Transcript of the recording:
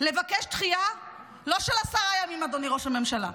לבקש דחייה לא של עשרה ימים, אדוני ראש הממשלה.